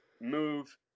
move